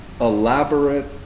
elaborate